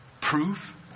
Proof